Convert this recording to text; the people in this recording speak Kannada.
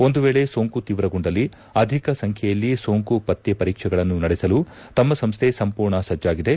ಒಂದು ವೇಳೆ ಸೋಂಕು ತೀವ್ರಗೊಂಡಲ್ಲಿ ಅಧಿಕ ಸಂಖ್ಯೆಯಲ್ಲಿ ಸೋಂಕು ಪತ್ತೆ ಪರೀಕ್ಷೆಗಳನ್ನು ನಡೆಸಲು ತಮ್ಮ ಸಂಸ್ಥೆ ಸಂಪೂರ್ಣ ಸಜ್ಜಾಗಿದೆ